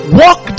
walk